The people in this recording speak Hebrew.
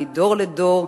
מדור לדור,